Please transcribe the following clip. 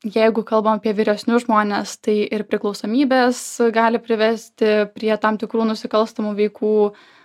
jeigu kalbam apie vyresnius žmones tai ir priklausomybės gali privesti prie tam tikrų nusikalstamų veikų